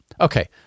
Okay